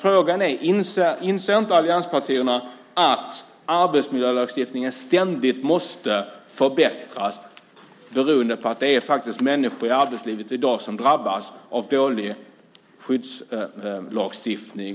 Frågan är: Inser inte allianspartierna att arbetsmiljölagstiftningen ständigt måste förbättras beroende på att människor i arbetslivet drabbas av dålig skyddslagstiftning?